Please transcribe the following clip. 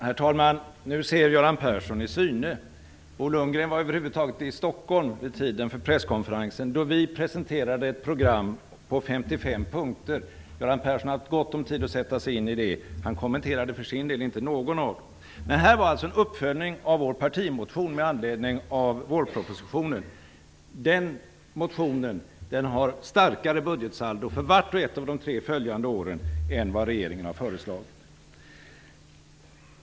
Herr talman! Nu ser Göran Persson i syne. Bo Lundgren var över huvud taget inte i Stockholm vid tiden för presskonferensen, då vi presenterade ett program med 55 punkter. Göran Persson har haft gott om tid att sätta sig in i det, men han kommenterade för sin del inte någon av punkterna. Det var fråga om en uppföljning av vår partimotion med anledning av vårpropositionen. Den motionen har ett starkare budgetsaldo för vart och ett av de tre följande åren jämfört med vad regeringen har föreslagit.